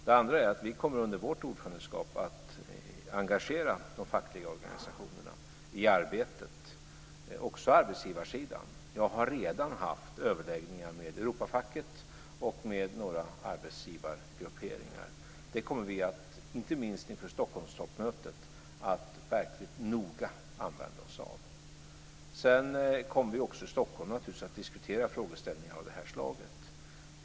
Det andra är att vi under vårt ordförandeskap kommer att engagera de fackliga organisationerna i arbetet, och också arbetsgivarsidan. Jag har redan haft överläggningar med Europafacket och med några arbetsgivargrupperingar. Det kommer vi, inte minst inför Stockholmstoppmötet, att verkligt noga använda oss av. Sedan kommer vi naturligtvis också i Stockholm att diskutera frågeställningar av det här slaget.